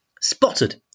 spotted